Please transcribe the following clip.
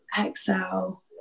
Exhale